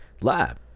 lab